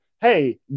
hey